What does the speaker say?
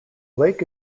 lake